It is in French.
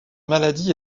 maladie